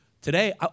today